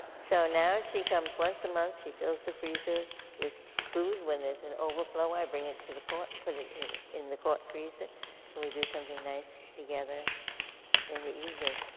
so now she comes once a month she fills the freezer with food. when there's an overflow i bring it to the court and put it in the court freezer and we do something nice together in the evening.